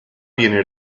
viene